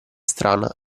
strana